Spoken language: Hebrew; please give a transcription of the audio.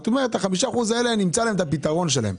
את אומרת: ל-5% האלה אמצא את הפתרון שלהם.